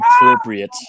appropriate